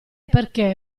perché